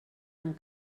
amb